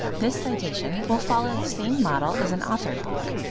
this citation will follow the same model as an authored book,